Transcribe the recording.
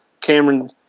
Cameron –